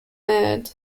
made